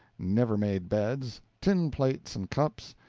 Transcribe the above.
never-made beds, tin plates and cups,